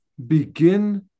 begin